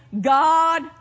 God